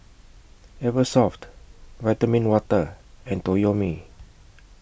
Eversoft Vitamin Water and Toyomi